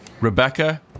Rebecca